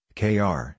kr